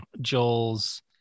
Joel's